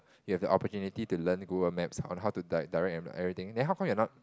you've the opportunity to learn Google Maps on like how to di~ direct everything then how come you're not